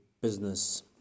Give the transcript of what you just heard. business